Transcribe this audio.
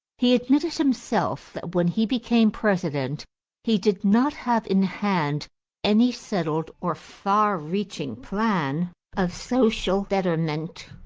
he admitted himself that when he became president he did not have in hand any settled or far-reaching plan of social betterment.